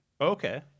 Okay